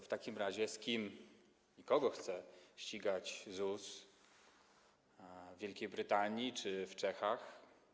W takim razie z kim i kogo chce ścigać ZUS w Wielkiej Brytanii czy w Czechach?